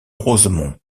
rosemont